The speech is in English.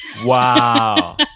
Wow